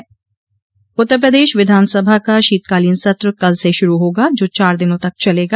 शीतकालीन सत्र उत्तर प्रदेश विधानसभा का शीतकालीन सत्र कल से श्ररू होगा जो चार दिनों तक चलेगा